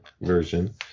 version